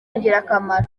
ingirakamaro